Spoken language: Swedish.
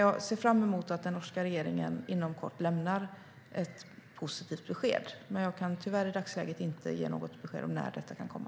Jag ser fram emot att den norska regeringen inom kort lämnar ett positivt besked, men jag kan i dagsläget tyvärr inte ge något besked om när detta kan komma.